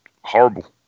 horrible